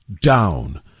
down